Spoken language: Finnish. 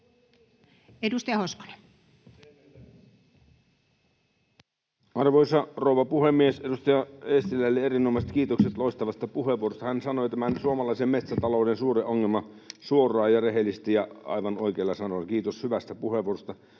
13:23 Content: Arvoisa rouva puhemies! Edustaja Eestilälle erinomaiset kiitokset loistavasta puheenvuorosta. Hän sanoi tämän suomalaisen metsätalouden suuren ongelman suoraan ja rehellisesti ja aivan oikeilla sanoilla. Kiitos hyvästä puheenvuorosta.